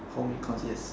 home econs yes